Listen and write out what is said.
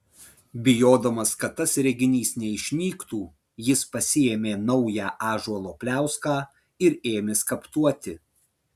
bijodamas kad tas reginys neišnyktų jis pasiėmė naują ąžuolo pliauską ir ėmė skaptuoti